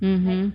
mmhmm